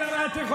אנחנו נלמד אותך.